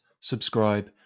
subscribe